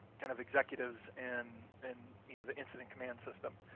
kind of executives and in the incident command system.